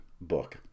book